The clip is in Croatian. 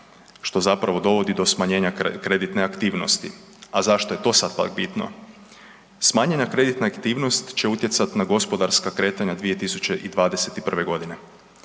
što zapravo dovodi do smanjenja kreditne aktivnosti. A zašto je to sad pak bitno? Smanjena kreditna aktivnost će utjecati na gospodarska kretanja 2021. godine